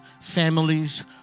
families